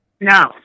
No